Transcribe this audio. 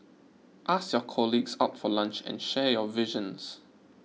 ask your colleagues out for lunch and share your visions